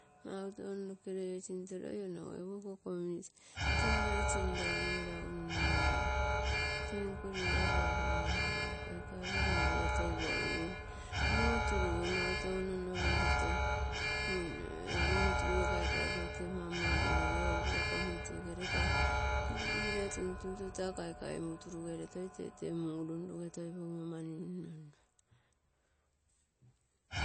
Mau touno noke leie sinto loi onogoipuguo iko community. Taa gere sindaun meragu nunnungui tee nko liga papa, mama gai kaikai ogo runruge toi pgigui muuturuge. Mau touno nno penpetonguine, ee mau turuge kaikai tetemanmo uru-urugui, egu pko community gere taa leader tuntuntutaa kaikai nuu turugere tetemungui toi runruge toi pogimo mani nunnunnu.